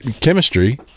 chemistry